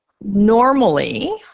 normally